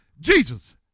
Jesus